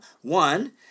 One